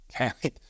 Okay